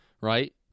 right